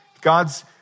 God's